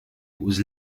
was